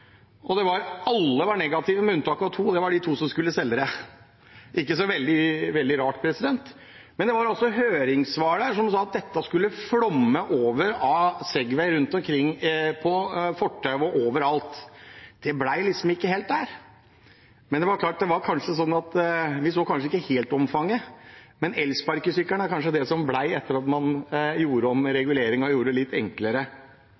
Alle var negative, med unntak av to, og det var de to som skulle selge det – ikke så veldig rart. Men et høringssvar sa det ville flomme over av Segway-er rundt omkring på fortau og over alt. Det ble ikke helt slik. Men det er klart, vi så kanskje ikke helt omfanget. Elsparkesykler er kanskje det som kom etter at man gjorde om reguleringen og gjorde det litt enklere.